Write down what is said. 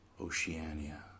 Oceania